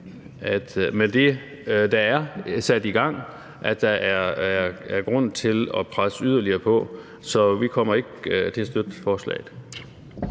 med det, der er sat i gang, er grund til at presse yderligere på, så vi kommer ikke til at støtte forslaget.